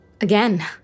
Again